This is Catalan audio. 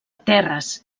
terres